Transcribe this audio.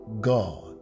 God